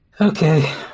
Okay